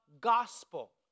gospel